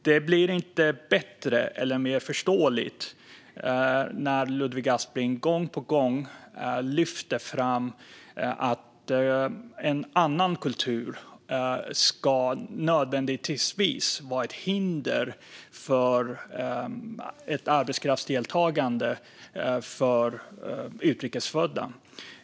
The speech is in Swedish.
Det blir inte bättre eller mer förståeligt när Ludvig Aspling gång på gång lyfter fram att en annan kultur nödvändigtvis är ett hinder för arbetskraftsdeltagande för utrikesfödda.